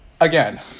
Again